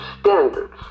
standards